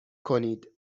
کنید